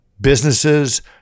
businesses